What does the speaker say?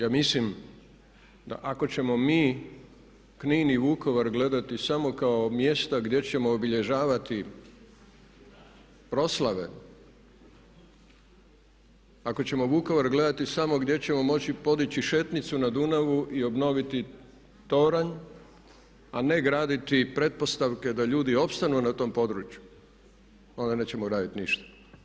Ja mislim da ako ćemo mi Knin i Vukovar gledati samo kao mjesta gdje ćemo obilježavati proslave, ako ćemo Vukovar gledati samo gdje ćemo moći podići šetnicu na Dunavu i obnoviti toranj a ne graditi pretpostavke da ljudi opstanu na tom području onda nećemo raditi ništa.